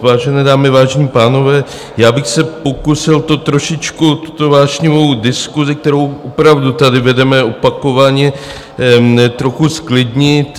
Vážené dámy, vážení pánové, já bych se pokusil trošičku tuto vášnivou diskusi, kterou opravdu tady vedeme opakovaně, trochu zklidnit.